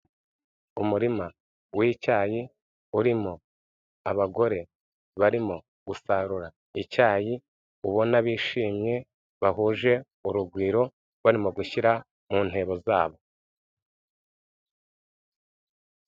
Umurima w'icyayi, urimo abagore barimo gusarura icyayi, ubona bishimye, bahuje urugwiro barimo gushyira mu ntebo zabo.